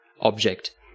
object